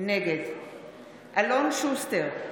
נגד אלון שוסטר,